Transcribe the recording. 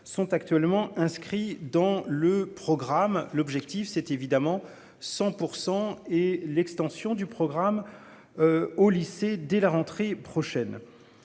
sont actuellement inscrits dans le programme. L'objectif, c'est évidemment 100% et l'extension du programme. Au lycée dès la rentrée prochaine.